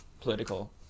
political